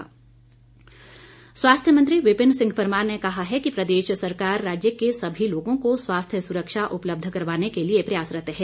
विपिन परमार स्वास्थ्य मंत्री विपिन सिंह परमार ने कहा है कि प्रदेश सरकार राज्य के सभी लोगों को स्वास्थ्य सुरक्षा उपलब्ध करवाने के लिए प्रयासरत है